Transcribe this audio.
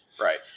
right